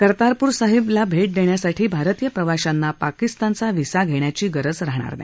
कर्तारपूर साहिब भेट देण्यासाठी भारतीय प्रवाशांना पाकिस्तानचा व्हीसा घेण्याची गरज राहणार नाही